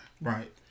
Right